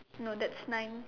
no that's nine